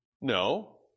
No